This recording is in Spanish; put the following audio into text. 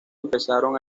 empezaron